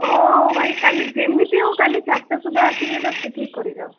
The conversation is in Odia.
ଓ ଭାଇ କାଲି ଯେମିତି ହଉ କାଲି ଚାରିଟା ସୁଦ୍ଧା ଆସିକି ଏଇଟା ଠିକ୍ କରିଯାଅ